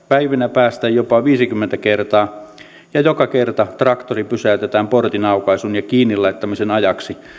päivinä päästä jopa viisikymmentä kertaa ja joka kerta traktori pysäytetään portin aukaisun ja kiinni laittamisen ajaksi